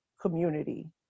community